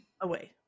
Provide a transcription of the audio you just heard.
away